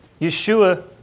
Yeshua